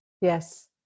Yes